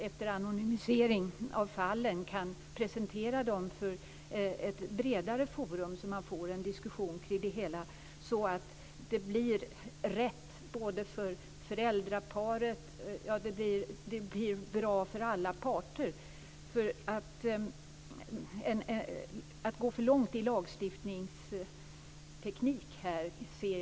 Efter anonymisering av fallen kan man presentera dem för ett bredare forum och få en diskussion kring det hela. Det blir rätt för föräldraparet och bra för alla parter. Jag ser en fara i att gå för långt i lagstiftningstekniken.